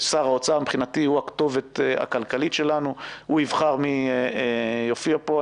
שר האוצר מבחינתי הוא הכתובת הכלכלית שלנו והוא יבחר מי יופיע פה.